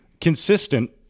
consistent